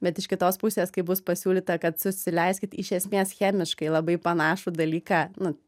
bet iš kitos pusės kai bus pasiūlyta kad susileiskit iš esmės chemiškai labai panašų dalyką nu